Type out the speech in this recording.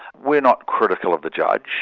we're not critical of the judge,